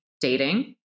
dating